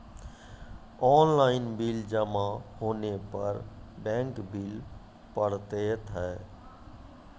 Online bill जमा होने पर बैंक बिल पड़तैत हैं?